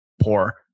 poor